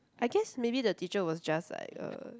I guess maybe the teacher was just like uh